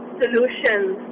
solutions